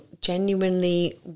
genuinely